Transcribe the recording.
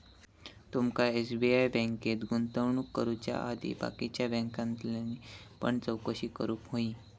तुमका एस.बी.आय बँकेत गुंतवणूक करुच्या आधी बाकीच्या बॅन्कांतल्यानी पण चौकशी करूक व्हयी